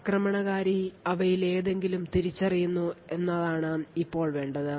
ആക്രമണകാരി അവയിലേതെങ്കിലും തിരിച്ചറിയുന്നു എന്നതാണ് ഇപ്പോൾ വേണ്ടത്